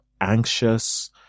anxious